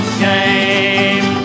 shame